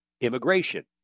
immigration